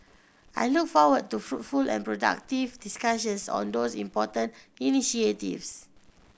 I look forward to fruitful and productive discussions on these important initiatives